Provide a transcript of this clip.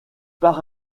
par